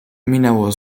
minęło